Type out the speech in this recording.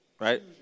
Right